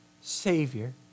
Savior